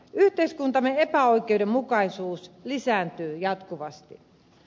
yhteiskuntamme epäoikeudenmukaisuus lisääntyy jatkuvasti